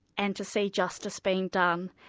and to see justice being done.